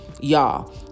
y'all